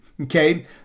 Okay